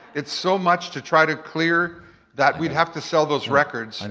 it's so much to try to clear that we'd have to sell those records. and